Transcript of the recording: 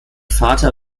vater